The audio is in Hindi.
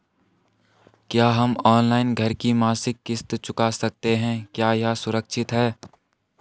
क्या हम ऑनलाइन घर की मासिक किश्त चुका सकते हैं क्या यह सुरक्षित है?